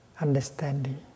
understanding